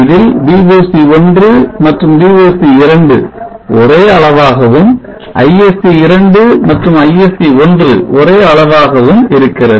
இதில் VOC1 மற்றும் VOC 2 ஒரே அளவாகவும் ISC2 மற்றும் ISC1 ஒரே அளவாகவும் இருக்கிறது